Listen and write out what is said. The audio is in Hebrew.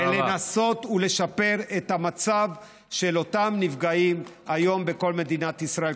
ולנסות ולשפר את המצב של אותם נפגעים היום בכל מדינת ישראל.